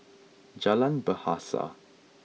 Jalan Bahasa